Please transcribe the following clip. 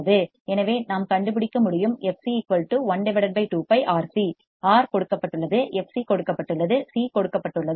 எனவே நாம் கண்டுபிடிக்க முடியும் fc 1 2 πRC ஆர் கொடுக்கப்பட்டுள்ளது fc கொடுக்கப்பட்டுள்ளது சி கொடுக்கப்பட்டுள்ளது